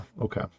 okay